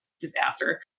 disaster